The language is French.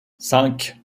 cinq